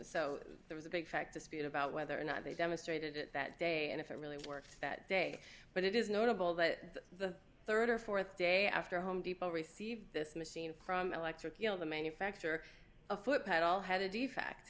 so there was a big factor speed about whether or not they demonstrated it that day and if it really worked that day but it is notable that the rd or th day after home depot received this machine from electric you know the manufacture of foot pedal had a d